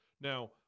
Now